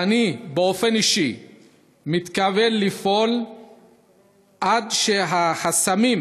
ואני באופן אישי מתכוון לפעול עד שהחסמים